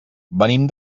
venim